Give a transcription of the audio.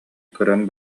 көрөн